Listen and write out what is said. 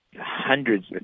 hundreds